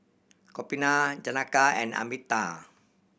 Gopinath Janaki and Amitabh